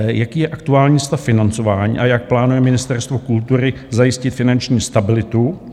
Jaký je aktuální stav financování a jak plánuje Ministerstvo kultury zajistit finanční stabilitu?